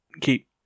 keep